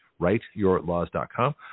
Writeyourlaws.com